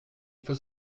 faut